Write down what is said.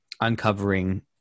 uncovering